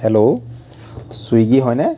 hello Swiggy হয়নে